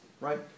right